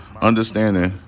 understanding